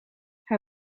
hij